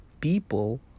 people